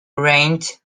rained